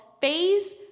phase